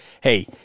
hey